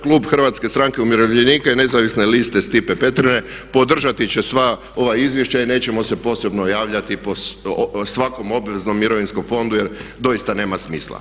Klub Hrvatske stranke umirovljenika nezavisne liste Stipe Petrine podržati će sva ova izvješća i nećemo se posebno javljati po svakom obveznom mirovinskom fondu jer doista nema smisla.